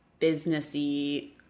businessy